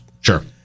Sure